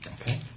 Okay